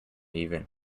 even